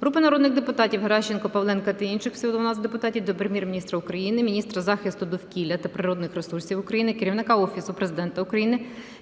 Групи народних депутатів (Геращенко, Павленка та інших. Всього 12 депутатів) до Прем'єр-міністра України, міністра захисту довкілля та природних ресурсів України, Керівника Офісу Президента України